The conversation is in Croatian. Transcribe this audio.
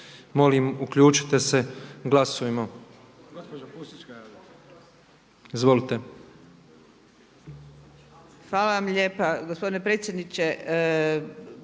Molim uključite se. Glasujmo. Glasovanje